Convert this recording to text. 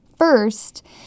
First